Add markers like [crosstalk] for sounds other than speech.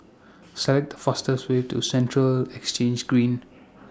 [noise] set The fastest Way to Central Exchange Green